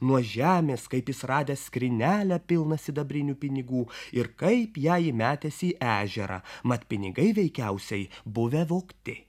nuo žemės kaip jis radęs skrynelę pilną sidabrinių pinigų ir kaip ją įmetęs į ežerą mat pinigai veikiausiai buvę vogti